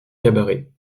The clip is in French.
cabarets